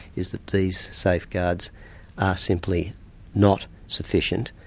is that these safeguards are simply not sufficient.